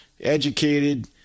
educated